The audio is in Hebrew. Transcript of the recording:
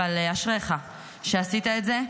אבל אשריך שעשית את זה.